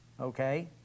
okay